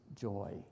joy